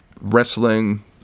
wrestling